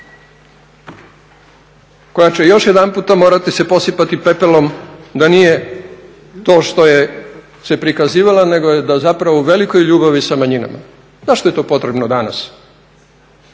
koja će još jedanput morati se posipati pepelom da nije to što se prikazivala, nego da je zapravo u velikoj ljubavi sa manjinama. Zašto je to potrebno danas